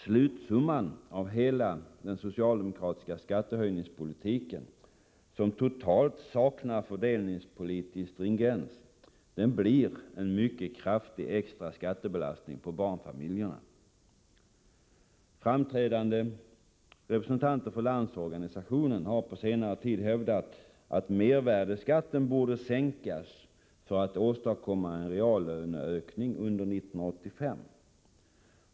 Slutsumman av hela den socialdemokratiska skattehöjningspolitiken — som totalt saknar fördelningspolitisk stringens — blir en mycket kraftig extra Framträdande representanter för Landsorganisationen har på senare tid hävdat att mervärdeskatten borde sänkas för att åstadkomma en reallöneökning under 1985.